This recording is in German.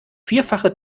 vierfache